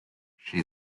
she